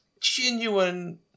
Genuine